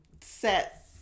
set